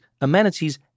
amenities